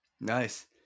Nice